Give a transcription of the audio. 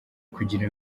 kugira